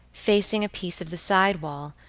facing a piece of the sidewall,